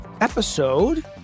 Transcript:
episode